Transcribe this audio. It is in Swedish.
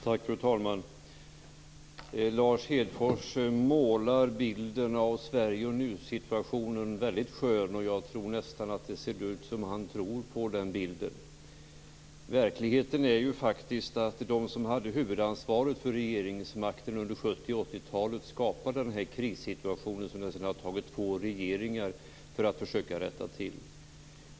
Fru talman! Lars Hedfors målar bilden av Sverige och nuläget väldigt skön. Jag tycker att det nästan ser ut som om han tror på den bilden. Verkligheten är faktiskt att de som hade huvudansvaret för regeringsmakten under 70 och 80-talen skapade den här krissituationen som det nästan har krävts två regeringar för att rätta till.